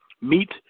meet